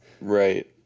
Right